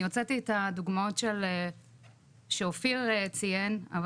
אני הוצאתי את הדוגמאות שאופיר ציין אבל